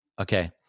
Okay